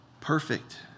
perfect